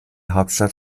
hauptstadt